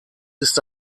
ist